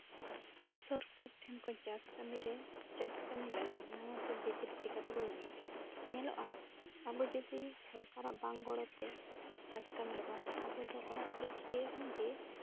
ᱥᱚᱨᱠᱟᱨ ᱴᱷᱮᱱ ᱠᱷᱚᱱ ᱪᱟᱥ ᱠᱟᱹᱢᱤᱨᱮ ᱪᱟᱥ ᱠᱟᱹᱢᱤ ᱞᱟᱹᱜᱤᱫ ᱱᱟᱣᱟᱛᱮ ᱵᱤᱡᱽᱞᱤ ᱪᱤᱠᱟᱹ ᱛᱮᱵᱚᱱ ᱧᱟᱢᱟ ᱧᱮᱞᱚᱜᱼᱟ ᱟᱵᱚ ᱡᱩᱫᱤ ᱥᱚᱨᱠᱟᱨᱟᱜ ᱵᱟᱝ ᱜᱚᱲᱚ ᱛᱮ ᱪᱟᱥ ᱠᱟᱹᱢᱤ ᱵᱟᱝ ᱟᱵᱚ ᱫᱚ ᱚᱲᱟᱜ ᱠᱚᱨᱮᱜ ᱪᱤᱠᱟᱹᱭᱟᱵᱚᱱ ᱡᱮ